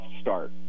start